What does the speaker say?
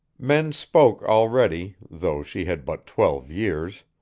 men spoke already, though she had but twelve years,